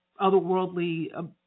otherworldly